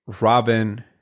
Robin